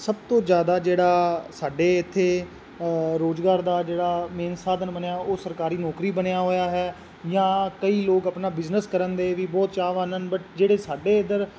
ਸਭ ਤੋਂ ਜ਼ਿਆਦਾ ਜਿਹੜਾ ਸਾਡੇ ਇੱਥੇ ਰੁਜ਼ਗਾਰ ਦਾ ਜਿਹੜਾ ਮੇਨ ਸਾਧਨ ਬਣਿਆ ਉਹ ਸਰਕਾਰੀ ਨੌਕਰੀ ਬਣਿਆ ਹੋਇਆ ਹੈ ਜਾਂ ਕਈ ਲੋਕ ਆਪਣਾ ਬਿਜਨਸ ਕਰਨ ਦੇ ਵੀ ਬਹੁਤ ਚਾਹਵਾਨ ਹਨ ਬਟ ਜਿਹੜੇ ਸਾਡੇ ਇੱਧਰ